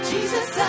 Jesus